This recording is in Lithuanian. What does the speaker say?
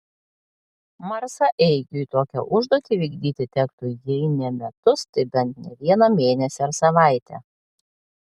marsaeigiui tokią užduotį vykdyti tektų jei ne metus tai bent ne vieną mėnesį ar savaitę